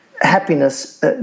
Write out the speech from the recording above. Happiness